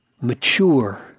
Mature